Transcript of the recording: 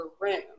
room